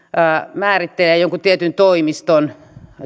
määrittelee jonkun tietyn toimiston